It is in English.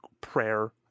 prayer